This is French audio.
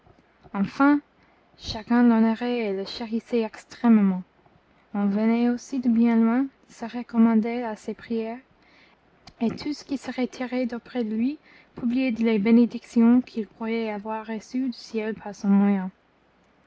enfin chacun l'honorait et le chérissait extrêmement on venait aussi de bien loin se recommander à ses prières et tous ceux qui se retiraient d'auprès de lui publiaient les bénédictions qu'ils croyaient avoir reçues du ciel par son moyen